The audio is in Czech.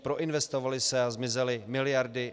Proinvestovaly se a zmizely miliardy.